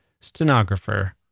stenographer